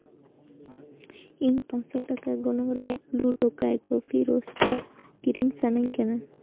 ᱤᱧ ᱯᱟᱸᱥᱥᱳ ᱴᱟᱠᱟ ᱜᱚᱱᱚᱝ ᱨᱮᱭᱟᱜ ᱠᱚᱯᱤ ᱨᱳᱥᱴᱟᱨᱰ ᱠᱤᱨᱤᱧ ᱥᱟᱱᱟᱧ ᱠᱟᱱᱟ